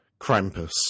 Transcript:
krampus